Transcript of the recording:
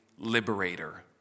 liberator